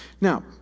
Now